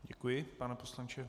Děkuji, pane poslanče.